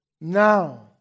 Now